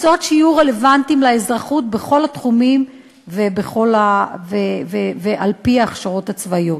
מקצועות שיהיו רלוונטיים לאזרחות בכל התחומים ועל-פי ההכשרות הצבאיות.